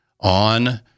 on